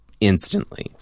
instantly